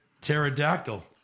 pterodactyl